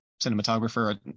cinematographer